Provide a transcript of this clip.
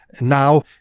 now